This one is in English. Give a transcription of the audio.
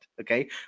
okay